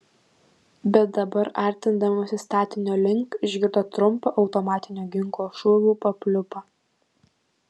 bet dabar artindamasi statinio link išgirdo trumpą automatinio ginklo šūvių papliūpą